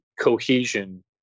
cohesion